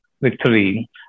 victory